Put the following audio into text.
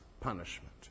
punishment